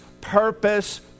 purpose